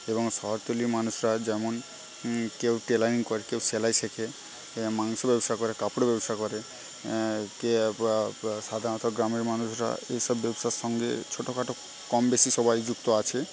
এবং শহরতলির মানুষরা যেমন কেউ টেলারিং করে কেউ সেলাই শেখে মাংসের ব্যবসা করে কাপড়ের ব্যবসা করে কে বা সাধারণত গ্রামের মানুষরা এইসব ব্যবসার সঙ্গে ছোটখাটো কমবেশি সবাই যুক্ত আছে